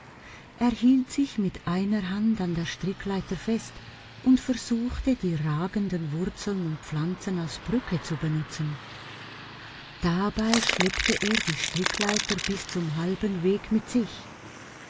hielt sich mit einer hand an der strickleiter fest und versuchte die ragenden wurzeln und pflanzen als brücke zu benutzen dabei schleppte er die strickleiter bis zum halben weg mit sich